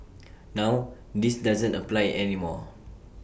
now this doesn't apply any more